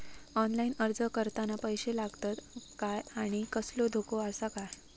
Online अर्ज करताना पैशे लागतत काय आनी कसलो धोको आसा काय?